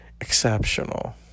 exceptional